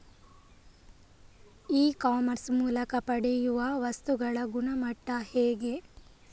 E commerce ಮೂಲಕ ಪಡೆಯುವ ವಸ್ತುಗಳ ಗುಣಮಟ್ಟ ಹೇಗೆ?